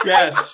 Yes